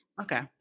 okay